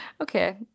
Okay